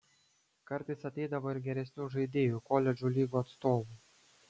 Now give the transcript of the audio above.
kartais ateidavo ir geresnių žaidėjų koledžų lygų atstovų